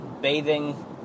Bathing